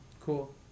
Cool